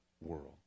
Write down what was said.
world